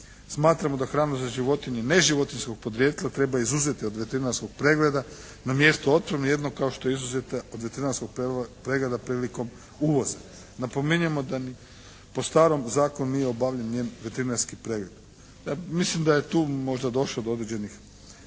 Smatramo da hranu za životinje ne životinjskog podrijetla treba izuzeti od veterinarskog pregleda na mjestu …/Govornik se ne razumije./… jedino kao što je izuzeta od veterinarskog pregleda prilikom uvoza. Napominjemo da ni u starom zakonu nije obavljen njen veterinarski pregled. Mislim da je tu možda došlo do određenih